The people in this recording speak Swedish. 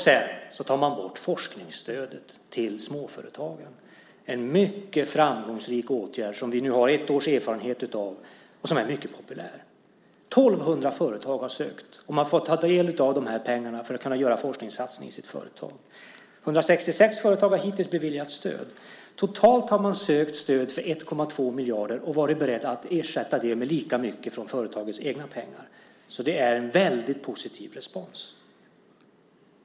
Sedan tar man bort forskningsstödet till småföretagen, en mycket framgångsrik åtgärd som vi nu har ett års erfarenhet av och som är mycket populär. 1 200 företag har sökt - man får ta del av de här pengarna för att kunna göra en forskningssatsning i sitt företag. 166 företag har hittills beviljats stöd. Totalt har man sökt stöd för 1,2 miljarder, och man har varit beredd att sätta till lika mycket av företagets egna pengar. Det är en väldigt positiv respons.